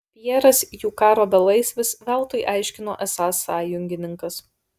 pjeras jų karo belaisvis veltui aiškino esąs sąjungininkas